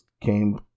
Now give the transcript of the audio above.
came